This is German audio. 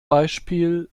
beispiel